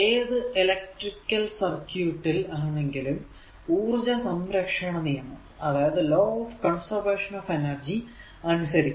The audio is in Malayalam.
ഏതു ഇലെക്ട്രിക്കൽ സർക്യൂട് ൽ ആണെങ്കിലും ഊർജ സംരക്ഷണ നിയമം അനുസരിക്കണം